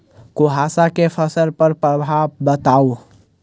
कुहासा केँ फसल पर प्रभाव बताउ?